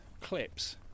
clips